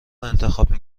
انتخاب